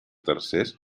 tercers